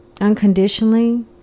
unconditionally